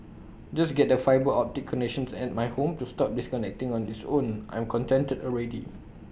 just get the fibre optic connections at my home to stop disconnecting on its own I'm contented already